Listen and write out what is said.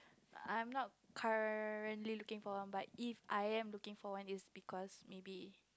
I am not currently looking for one but if I am looking for one is because maybe